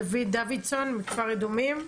דוד דוידסון מכפר אדומים.